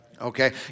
okay